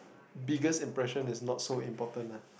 biggest impression is not so important ah